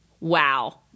wow